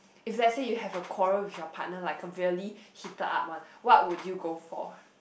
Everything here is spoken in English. if let's say you have a quarrel with your partner like a really heated up one what would you go for